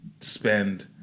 spend